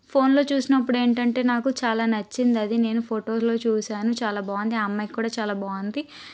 ఫోన్లో చూసినప్పుడు ఏంటంటే నాకు చాలా నచ్చింది అది నేను ఫోటోలో చూసాను చాలా బాగుంది ఆ అమ్మాయి కూడా చాలా బాగుంది